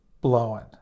blowing